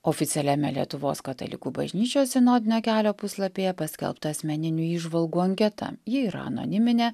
oficialiame lietuvos katalikų bažnyčios sinodinio kelio puslapyje paskelbta asmeninių įžvalgų anketa ji yra anoniminė